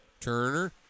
Turner